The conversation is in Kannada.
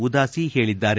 ಉದಾಸಿ ಹೇಳಿದ್ದಾರೆ